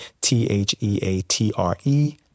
T-H-E-A-T-R-E